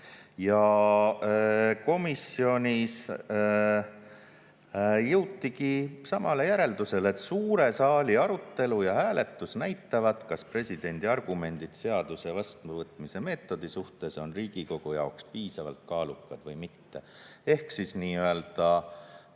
Komisjonis jõutigi samale järeldusele, et suure saali arutelu ja hääletus näitavad, kas presidendi argumendid seaduse vastuvõtmise meetodi kohta on Riigikogu jaoks piisavalt kaalukad või mitte. Ehk siis tänane